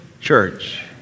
church